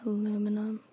Aluminum